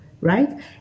right